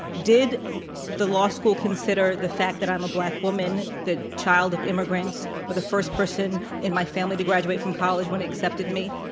did the law school consider the fact that i'm a black woman, the child of immigrants, or the first person in my family to graduate from college when they accepted me?